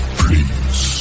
please